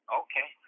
okay